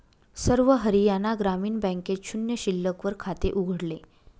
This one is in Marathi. सर्व हरियाणा ग्रामीण बँकेत शून्य शिल्लक वर खाते उघडले